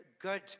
good